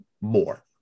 more